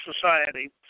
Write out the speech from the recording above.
society